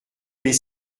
les